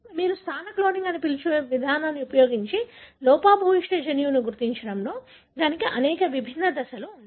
కాబట్టి మీరు స్థాన క్లోనింగ్ అని పిలిచే విధానాన్ని ఉపయోగించి లోపభూయిష్ట జన్యువును గుర్తించడంలో ఇవి విభిన్న దశలు